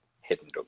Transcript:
hidden